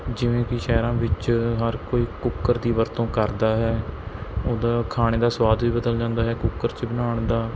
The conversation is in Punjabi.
ਜਿਵੇਂ ਕਿ ਸ਼ਹਿਰਾਂ ਵਿੱਚ ਹਰ ਕੋਈ ਕੁੱਕਰ ਦੀ ਵਰਤੋਂ ਕਰਦਾ ਹੈ ਉਹਦਾ ਖਾਣੇ ਦਾ ਸਵਾਦ ਵੀ ਬਦਲ ਜਾਂਦਾ ਹੈ ਕੁੱਕਰ 'ਚ ਬਣਾਉਣ ਦਾ